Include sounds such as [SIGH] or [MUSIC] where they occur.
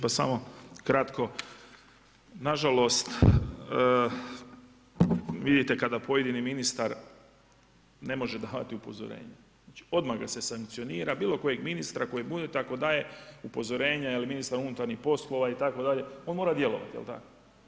Pa samo kratko, nažalost, vidite kada pojedini ministar ne može davati upozorenje, znači odmah ga se sankcionira, bilo kojeg ministra, … [UNINTELLIGIBLE] ako daje upozorenje, je li ministar unutarnjih poslova itd. on mora djelovati, jel tako?